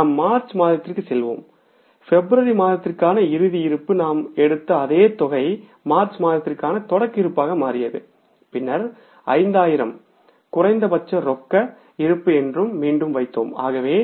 பிறகு நாம் மார்ச் மாதத்திற்க்கு செல்வோம் பிப்ரவரி மாதத்திற்கான இறுதி இருப்புக்கு நாம் எடுத்த அதே தொகை மார்ச் மாதத்திற்கான தொடக்க இருப்பாக மாறியது பின்னர் 5000 ஐ குறைந்தபட்சரொக்க இருப்பு என்று மீண்டும் வைத்தோம் ஆகவே